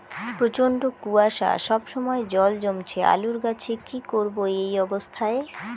প্রচন্ড কুয়াশা সবসময় জল জমছে আলুর গাছে কি করব এই অবস্থায়?